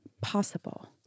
possible